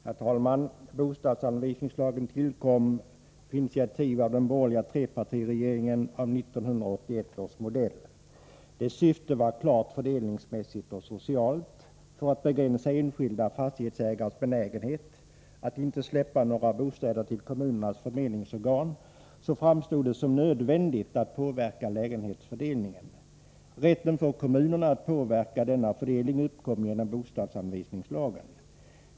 Herr talman! Bostadsanvisningslagen tillkom på initiativ av den borgerliga trepartiregeringen av 1981 års modell. Dess syfte var klart fördelningsmässigt och socialt. För att begränsa enskilda fastighetsägares benägenhet att inte släppa några bostäder till kommunernas förmedlingsorgan framstod det som nödvändigt att påverka lägenhetsfördelningen. Rätten för kommunerna att påverka denna fördelning uppkom genom bostadsanvisningslagen.